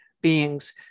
beings